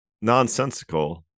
nonsensical